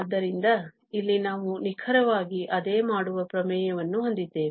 ಆದ್ದರಿಂದ ಇಲ್ಲಿ ನಾವು ನಿಖರವಾಗಿ ಅದೇ ಮಾಡುವ ಪ್ರಮೇಯವನ್ನು ಹೊಂದಿದ್ದೇವೆ